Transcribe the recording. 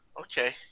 Okay